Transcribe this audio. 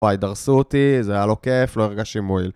וואי, דרסו אותי, זה היה לא כיף, לא הרגשים מועיל.